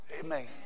Amen